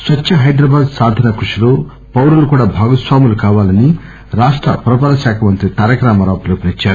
స్వచ్చ హైదరాబాద్ సాధన కృషిలో పౌరులు కూడా భాగస్వాములు కావాలని రాష్ట పురపాలక శాఖ మంత్రి తారక రామారావు పిలుపునిచ్చారు